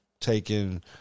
taking